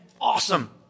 awesome